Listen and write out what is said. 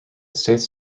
states